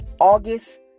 August